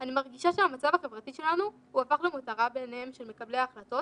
אני מרגישה שהמצב החברתי שלנו הפך למותרות בעיניהם של מקבלי ההחלטות